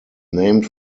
named